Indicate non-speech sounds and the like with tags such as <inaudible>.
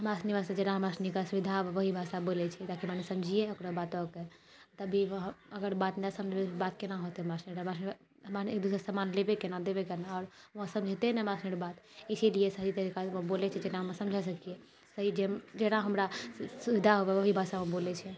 <unintelligible> जेना हमरासनीके सुविधा वही भाषा बोलैत छै <unintelligible> ओकरा बातोके तभी अगर बात नहि समझबै तऽ बात कोना हेतै हमरासनी एक दोसराके सामान लेबै केना देबै केना <unintelligible> इसीलिए सही तरीकासँ बोलैत छै जेना हम समझा सकियै जेना हमरा सुविधा होय वही भाषामे बोलैत छै